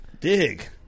Dig